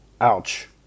Ouch